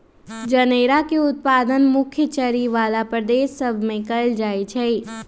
जनेरा के उत्पादन मुख्य चरी बला प्रदेश सभ में कएल जाइ छइ